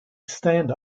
stand